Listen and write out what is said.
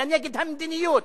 אלא נגד המדיניות.